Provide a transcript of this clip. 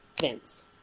Vince